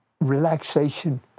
relaxation